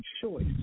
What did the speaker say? choice